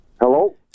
Hello